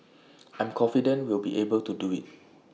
I'm confident we'll be able to do IT